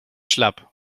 schlapp